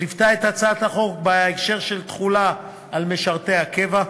שליוותה את הצעת החוק בהקשר של תחולה על משרתי הקבע,